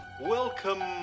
Welcome